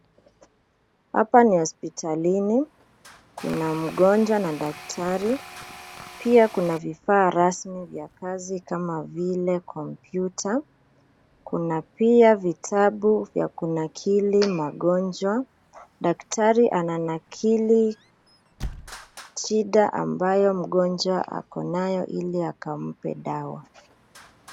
Hapa ni hospitalini. Kuna mgonjwa na daktari. Pia kuna vifaa rasmi vya kazi kama vile komputa, kuna pia vitabu vya kunakili magonjwa. Daktari ananakili shida ambayo mgonjwa ako nayo ili akampe dawa.